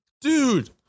dude